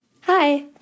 Hi